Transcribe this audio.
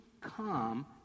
come